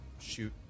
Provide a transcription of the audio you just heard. shoot